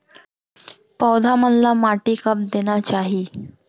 पौधा मन ला माटी कब देना चाही?